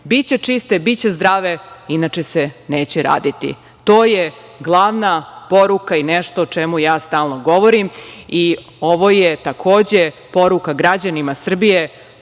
Biće čiste, biće zdrave, inače se neće raditi. To je glavna poruka i nešto o čemu ja stalno govorim i ovo je, takođe, poruka građanima Srbije